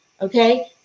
Okay